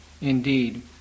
indeed